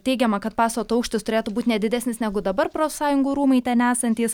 teigiama kad pastato aukštis turėtų būti ne didesnis negu dabar profsąjungų rūmai ten esantys